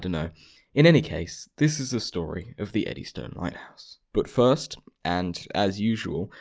dunno in any case. this is the story of the eddystone lighthouse. but first, and as usual.